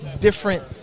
different